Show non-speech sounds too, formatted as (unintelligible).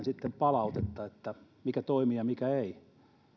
(unintelligible) sitten palautetta mikä toimii ja mikä ei